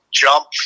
jump